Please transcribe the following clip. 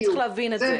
צריך להבין את זה.